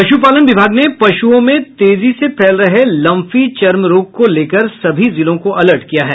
पश्पालन विभाग ने पश्ओं में तेजी से फैल रहे लंफी चर्मरोग को लेकर सभी जिलों को अलर्ट किया है